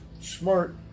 smart